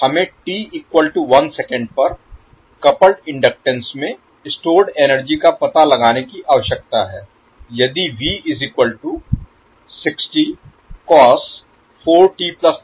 हमें t 1 s पर coupled inductance में स्टोर्ड एनर्जी का पता लगाने की आवश्यकता है यदि